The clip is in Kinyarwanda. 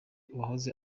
uwahoze